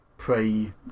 Prey